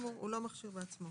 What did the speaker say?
אוטובוסים בכלל לא עוצרים.